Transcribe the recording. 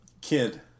Kid